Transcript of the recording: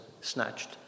snatched